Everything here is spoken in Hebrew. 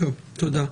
תודה.